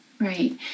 Right